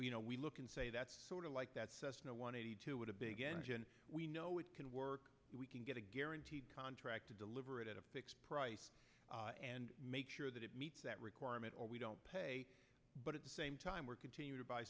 that we look and say that's sort of like that cessna one eighty two with a big engine we know it can work we can get a guaranteed contract to deliver it at a fixed price and make sure that it meets that requirement or we don't pay but at the same time we're continue to buy